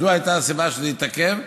זו הייתה הסיבה שזה התעכב.